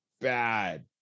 bad